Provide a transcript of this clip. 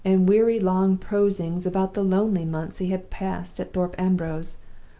and weary long prosings about the lonely months he had passed at thorpe ambrose,